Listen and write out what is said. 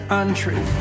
untrue